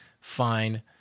Fine